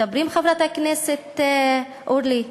מדברים, חברת הכנסת אורלי?